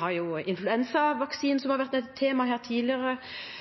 har vi influensavaksine, som har vært et tema her tidligere,